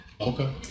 Okay